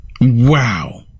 Wow